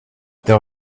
there